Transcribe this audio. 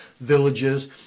villages